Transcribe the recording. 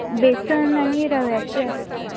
बेसन आनी रव्याचे आसता